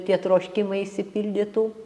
tie troškimai išsipildytų